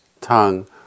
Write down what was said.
tongue